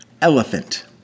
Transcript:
Elephant